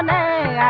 um a